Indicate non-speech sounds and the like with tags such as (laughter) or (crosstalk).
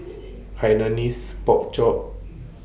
(noise) Hainanese Pork Chop (noise)